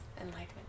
enlightenment